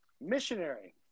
missionary